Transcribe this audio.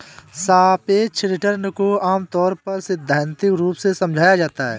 सापेक्ष रिटर्न को आमतौर पर सैद्धान्तिक रूप से समझाया जाता है